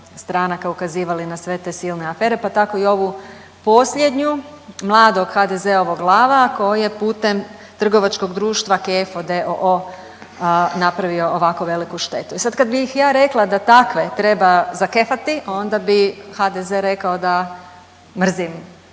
stranaka ukazivali na sve te silne afere, pa tako i ovu posljednju, mladog HDZ-ovog lava koji je putem trgovačkog društvo Kefo d.o.o. napravio ovako veliku štetu i sad kad bih ja rekla da takve treba zakefati onda bi HDZ rekao da mrzim